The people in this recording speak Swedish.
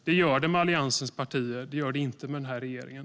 Det har vi med Alliansens partier, men det har vi inte med den här regeringen.